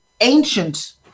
ancient